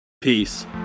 Peace